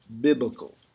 biblical